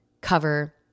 cover